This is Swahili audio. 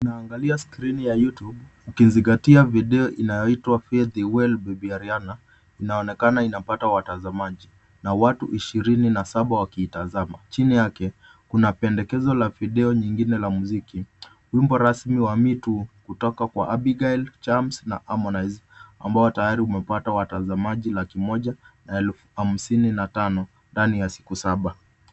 Tunaangalia skrini ya youtube tukizingatia video inayoitwa fare thee well baby Ariana, inaonekana inapata watazamaji na watu ishirini na saba wakiitazama. Chini yake kuna pendekezo la video nyingine la muziki, wimbo rasmi wa me too kutoka kwa Abigail Chums na Harmonize ambao tayari umepata watazamaji laki moja na elfu hamsini na tano ndani ya siku saba.